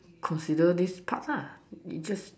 consider this part lah you just